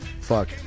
Fuck